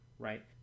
Right